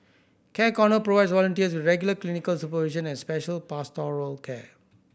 Care Corner provides volunteers with regular clinical supervision and special pastoral care